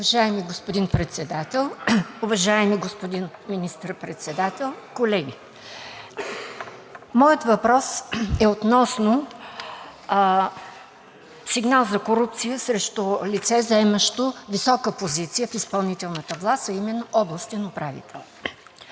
Уважаеми господин Председател, уважаеми господин Министър председател, колеги! Моят въпрос е относно сигнал за корупция срещу лице, заемащо висока позиция в изпълнителната власт, а именно областен управител.